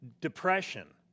depression